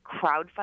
crowdfunding